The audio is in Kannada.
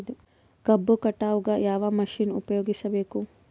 ಕಬ್ಬು ಕಟಾವಗ ಯಾವ ಮಷಿನ್ ಉಪಯೋಗಿಸಬೇಕು?